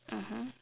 mmhmm